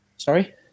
Sorry